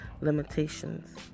limitations